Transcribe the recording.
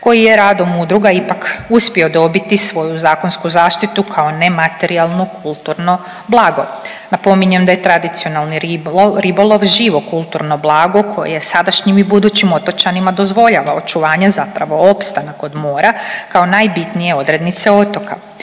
koji je radom udruga ipak uspio dobiti svoju zakonsku zaštitu kao nematerijalno kulturno blago. Napominjem da je tradicionalni ribolov, ribolov živo kulturo blago koje sadašnjim i budućim otočanima dozvoljava očuvanje zapravo opstanak od mora kao najbitnije odrednice otoka.